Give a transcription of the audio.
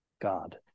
God